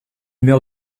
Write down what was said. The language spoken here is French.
meurt